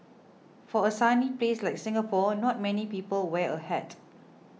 for a sunny place like Singapore not many people wear a hat